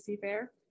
fair